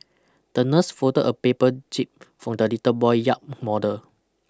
the nurse folded a paper jib for the little boy yacht model